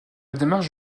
démarche